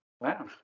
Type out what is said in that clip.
Wow